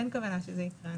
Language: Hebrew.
אין כוונה שזה יקרה.